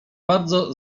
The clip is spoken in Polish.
bardzo